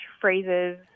phrases